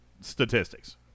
statistics